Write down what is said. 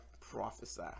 prophesy